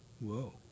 Whoa